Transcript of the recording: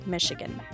Michigan